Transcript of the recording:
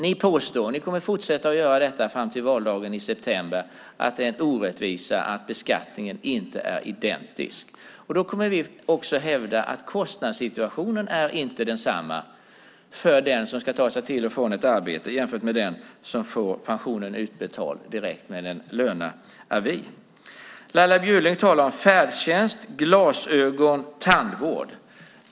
Ni påstår, och ni kommer att fortsätta göra det fram till valdagen i september, att det är en orättvisa att beskattningen inte är identisk. Då kommer vi också att hävda att kostnadssituationen inte är densamma för den som ska ta sig till och från ett arbete som för den som får pensionen utbetald direkt med en löneavi. Laila Bjurling talar om färdtjänst, glasögon och tandvård.